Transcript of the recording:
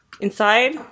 inside